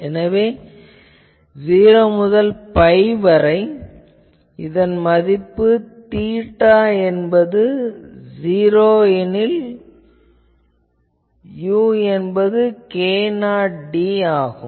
எனவே இது 0 முதல் பை வரை எனில் இதன் மதிப்பு தீட்டா என்பது '0' எனில் u என்பது k0d ஆகும்